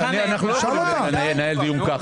אי אפשר לנהל דיון ככה.